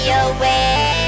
away